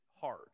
hard